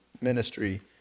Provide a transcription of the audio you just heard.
ministry